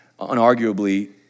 unarguably